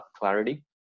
clarity